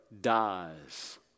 dies